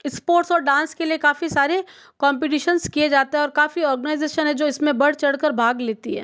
sports और dance के लिए काफ़ी सारे कम्पटीशन्स किए जाते हैं और काफ़ी ऑर्गेनाइजेशन है जो इसमें बढ़ चढ़कर भाग लेती है